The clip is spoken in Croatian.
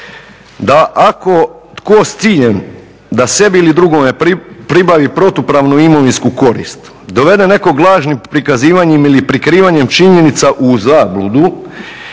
da tko s ciljem da sebi ili drugome pribavi protupravnu imovinsku korist, dovede nekog lažnim prikazivanjem ili prikrivanjem činjenica u zabludu